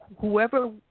Whoever